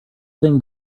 thing